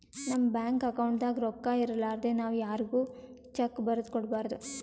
ನಮ್ ಬ್ಯಾಂಕ್ ಅಕೌಂಟ್ದಾಗ್ ರೊಕ್ಕಾ ಇರಲಾರ್ದೆ ನಾವ್ ಯಾರ್ಗು ಚೆಕ್ಕ್ ಬರದ್ ಕೊಡ್ಬಾರ್ದು